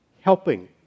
helping